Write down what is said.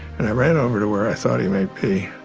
and i ran over to where i thought he might be